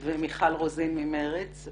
ומיכל רוזין ממרצ.